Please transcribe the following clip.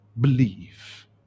believe